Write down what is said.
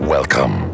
Welcome